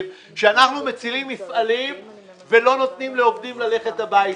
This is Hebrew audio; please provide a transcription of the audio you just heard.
אנחנו מצילים מפעלים ולא נותנים לעובדים ללכת הביתה.